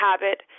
habit